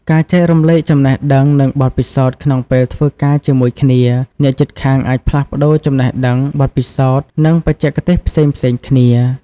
ការចែករំលែកចំណេះដឹង និងបទពិសោធន៍ ក្នុងពេលធ្វើការជាមួយគ្នា អ្នកជិតខាងអាចផ្លាស់ប្តូរចំណេះដឹង បទពិសោធន៍ និងបច្ចេកទេសផ្សេងៗគ្នា។